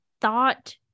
thought